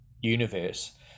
universe